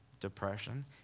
depression